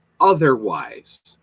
otherwise